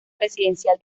residencial